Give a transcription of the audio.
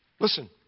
Listen